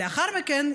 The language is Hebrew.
לאחר מכן,